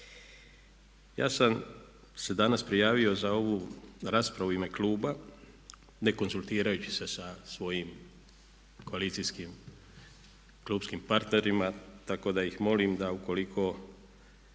Ja sam se danas prijavio za ovu raspravu u ime kluba ne konzultirajući se sa svojim koalicijskim klupskim partnerima, tako da ih molim da ukoliko